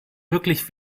wirklich